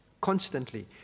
constantly